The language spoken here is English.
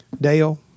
Dale